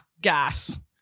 gas